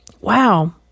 wow